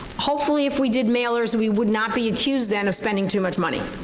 hopefully if we did mailers we would not be accused then of spending too much money.